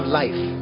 life